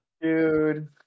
Dude